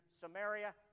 Samaria